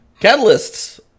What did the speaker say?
Catalysts